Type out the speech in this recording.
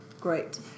Great